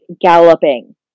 galloping